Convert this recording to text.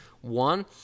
One